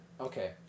Okay